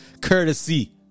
courtesy